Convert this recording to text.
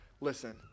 Listen